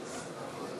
חברי